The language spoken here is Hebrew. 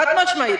חד-משמעית.